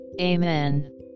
Amen